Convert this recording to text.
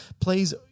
Please